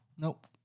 Nope